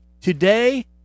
Today